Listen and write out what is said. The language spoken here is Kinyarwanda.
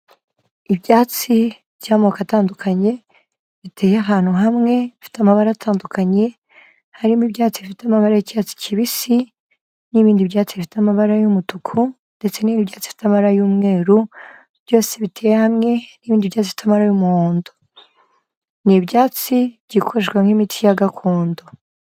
Ibyatsi by'amoko atandukanye, biteye ahantu hamwe bfite amabara atandukanye, harimo ibyatsi bifite amabare y'icyatsi kibisi n'ibindi byatsi bifite amabara y'umutuku ndetse n'ibindi byatsi amabara y'umweru, byose biteye hamwe n'ibindi byatsi bifite amabara y'umuhondo, ni ibyatsi bikoreshwa nk'imiti ya gakondo.